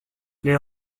les